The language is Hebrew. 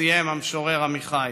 סיים המשורר עמיחי.